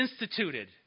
instituted